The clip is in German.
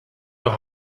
wir